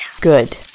Good